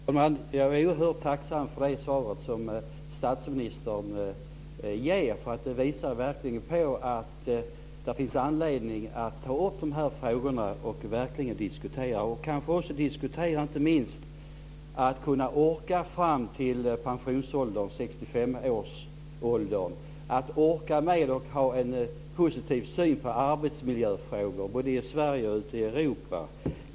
Fru talman! Jag är oerhört tacksam för det svar som statsministern ger. Det visar verkligen att det finns anledning att ta upp de här frågorna till diskussion. Inte minst behöver vi diskutera hur människor ska orka fram till pensionsåldern, 65-årsåldern, och ha en positiv syn på arbetsmiljöfrågor, både i Sverige och ute i Europa.